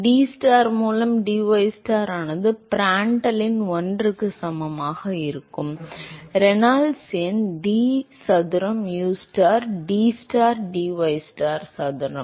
dTstar மூலம் dystar ஆனது Prandtl இன் 1 க்கு சமம் Reynolds எண் d சதுரம் ustar dTstar dystar சதுரம் மற்றும் நீங்கள் dxstar மூலம் ustar dCAstar மற்றும் vstar by dystar சதுரம்